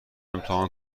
امتحان